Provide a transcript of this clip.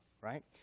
right